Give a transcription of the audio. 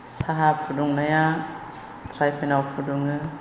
साहा फुदुंनाया ट्राइपेनाव फुदुङो